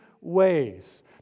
ways